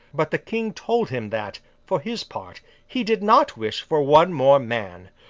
but the king told him that, for his part, he did not wish for one more man.